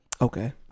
okay